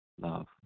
love